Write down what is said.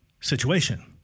situation